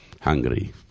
hungry